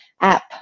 app